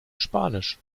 spanisch